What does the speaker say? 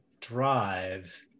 drive